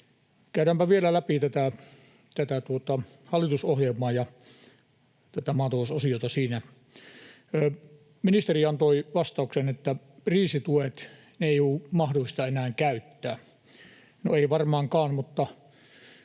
Käydäänpä vielä läpi tätä hallitusohjelmaa ja tätä maatalousosiota siinä. Ministeri antoi vastauksen, että kriisitukia ei ole mahdollista enää käyttää. No ei varmaankaan, mutta